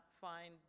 find